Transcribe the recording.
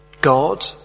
God